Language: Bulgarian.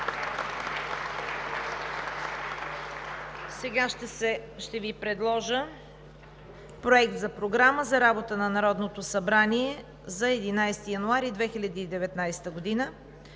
Сега ще Ви предложа Проект за програма за работа на Народното събрание за 11 януари 2019 г.: 1.